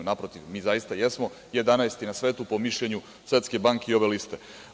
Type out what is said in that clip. Naprotiv, mi zaista jesmo 11. na svetu po mišljenju Svetske banke i ove liste.